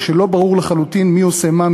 ושלא ברור לחלוטין מי עושה מה,